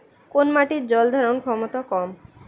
কোন মাটির জল ধারণ ক্ষমতা কম?